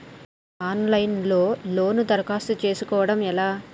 Of line లో loan దరఖాస్తు చేసుకోవడం ఎలా?